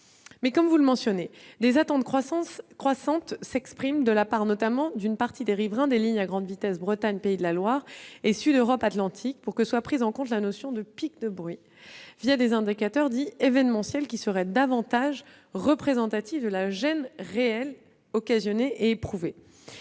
comme vous le mentionnez, des attentes croissantes s'expriment, de la part notamment d'une partie des riverains des lignes à grande vitesse Bretagne-Pays de la Loire et Sud-Europe-Atlantique, pour que soit prise en compte la notion de « pics de bruit » des indicateurs dits « événementiels », qui seraient davantage représentatifs de la gêne réelle occasionnée et éprouvée.